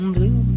Blue